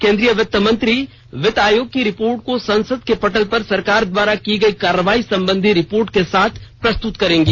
केंद्रीय वित्त मंत्री वित्त आयोग की रिपोर्ट को संसद के पटल पर सरकार द्वारा की गई कार्रवाई संबंधी रिपोर्ट के साथ प्रस्तुत करेंगी